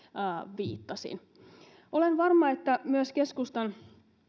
viittasin olen varma että myös